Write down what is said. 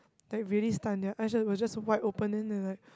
like really stunned their eyes were just wide open then they were like